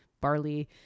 barley